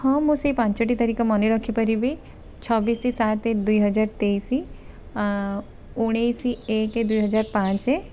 ହଁ ମୁଁ ସେଇ ପାଞ୍ଚଟି ତାରିଖ ମନେରଖି ପାରିବି ଛବିଶ ସାତ ଦୁଇହଜାର ତେଇଶ ଉଣେଇଶ ଏକେ ଦୁଇହଜାର ପାଞ୍ଚ